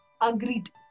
Agreed